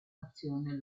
fazione